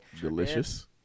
Delicious